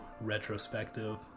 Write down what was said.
retrospective